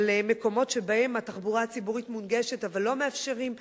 על מקומות שבהם התחבורה הציבורית מונגשת אבל לא מאפשרים לנכים,